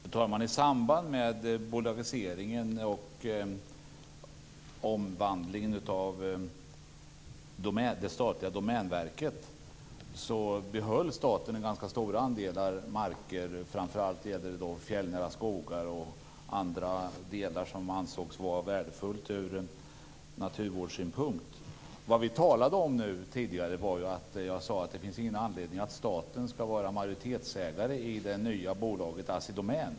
Fru talman! I samband med bolagiseringen och omvandlingen av det statliga domänverket behöll staten ganska stora marker. Framför allt gäller det fjällnära skogar och andra delar som ansågs vara värdefulla ut naturvårdssynpunkt. Vad vi talade om tidigare var att jag sade att det inte finns någon anledning att staten skall vara majoritetsägare i det nya bolaget Assi Domän.